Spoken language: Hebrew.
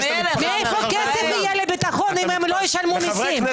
מאיפה יהיה כסף לביטחון אם הם לא ישלמו מיסים?